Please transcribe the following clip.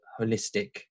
holistic